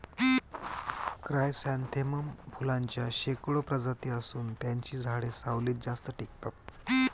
chrysanthemum फुलांच्या शेकडो प्रजाती असून त्यांची झाडे सावलीत जास्त टिकतात